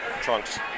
Trunks